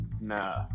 Nah